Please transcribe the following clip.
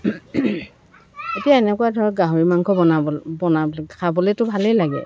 এতিয়া এনেকুৱা ধৰক গাহৰি মাংস বনাবল বনাবলৈ খাবলৈতো ভালেই লাগে